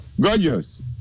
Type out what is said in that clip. gorgeous